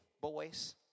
boys